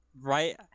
right